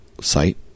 site